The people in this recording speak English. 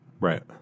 right